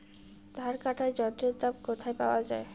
ধান কাটার যন্ত্রের দাম কোথায় পাওয়া যায়?